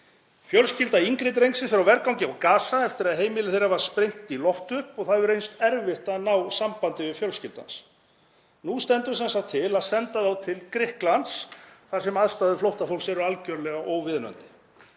Fjölskylda yngri drengsins er á vergangi á Gaza eftir að heimili þeirra var sprengt í loft upp og það hefur reynst erfitt að ná sambandi við fjölskyldu hans. Nú stendur sem sagt til að senda þá til Grikklands þar sem aðstæður flóttafólks eru algjörlega óviðunandi.